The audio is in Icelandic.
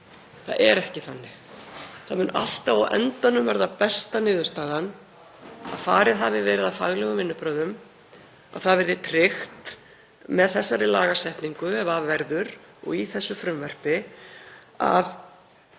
Það er ekki þannig. Það mun alltaf á endanum verða besta niðurstaðan að farið hafi verið að faglegum vinnubrögðum, að það verði tryggt með þessari lagasetningu, ef af verður, og í þessu frumvarpi, að